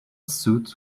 suit